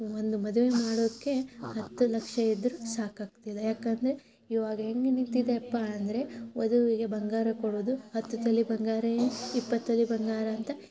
ಒಂದು ಮದುವೆ ಮಾಡೋಕ್ಕೆ ಹತ್ತು ಲಕ್ಷ ಇದ್ದರೂ ಸಾಕಾಗ್ತಿಲ್ಲ ಯಾಕಂದರೆ ಇವಾಗ ಹೆಂಗೆ ನಿಂತಿದೆಯಪ್ಪ ಅಂದರೆ ವಧುವಿಗೆ ಬಂಗಾರ ಕೊಡೋದು ಹತ್ತು ತೊಲೆ ಬಂಗಾರ ಏನು ಇಪ್ಪತ್ತು ತೊಲೆ ಬಂಗಾರ ಅಂತ